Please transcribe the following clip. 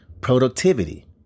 productivity